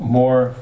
more